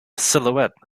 silhouette